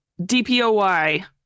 DPOY